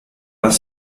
vingt